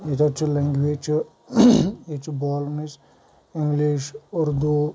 ییٚتٮ۪تھ چھُ لنٛگویج چھُ ییٚتہِ چھُ بولنٕچ اِنٛگلِش اردو